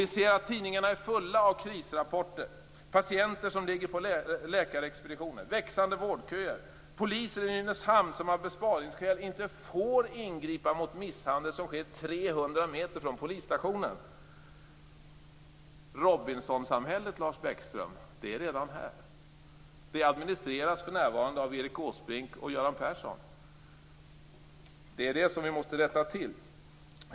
Vi ser att tidningarna är fulla av krisrapporter om patienter som ligger på läkarexpeditioner och växande vårdköer, poliser i Nynäshamn som av besparingsskäl inte får ingripa mot misshandel som sker 300 meter från polisstationen. Robinsonsamhället, Lars Bäckström, är redan här. Det administreras för närvarande av Göran Persson och Erik Åsbrink. Det måste vi rätta till.